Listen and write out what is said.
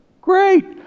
Great